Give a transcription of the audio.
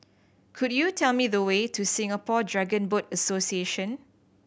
could you tell me the way to Singapore Dragon Boat Association